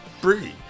free